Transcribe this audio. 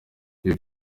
ibyo